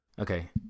Okay